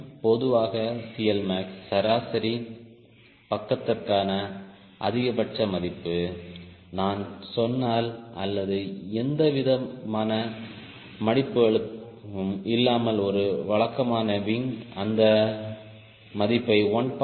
பொதுவாக CLmax சராசரி பக்கத்திற்கான அதிகபட்ச மதிப்பு நான் சொன்னால் அல்லது எந்தவிதமான மடிப்புகளும் இல்லாமல் ஒரு வழக்கமான விங் அந்த மதிப்பை 1